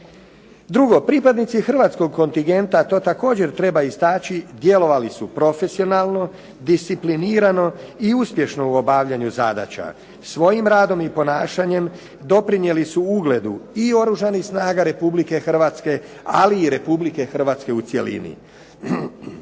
Drugo, pripadnici hrvatskog kontingenta, to također treba istaći, djelovali su profesionalno, disciplinirano i uspješno u obavljanju zadaća. Svojim radom i ponašanjem doprinijeli su ugledu i Oružanih snaga Republike Hrvatske, ali i Republike Hrvatske u cjelini.